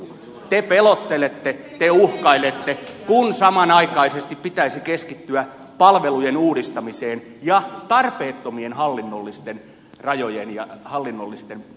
te pelottelette te uhkailette kun samanaikaisesti pitäisi keskittyä palvelujen uudistamiseen ja tarpeettomien hallinnollisten rajojen ja hallinnollisten elimien poistamiseen